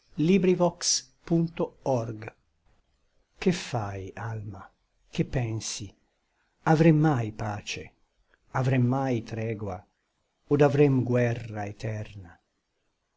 speranza m'assicura che fai alma che pensi avrem mai pace avrem mai tregua od avrem guerra eterna